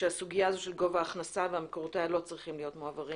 שהסוגיה הזאת של גובה הכנסה ומקורותיה לא צריכים להיות מועברים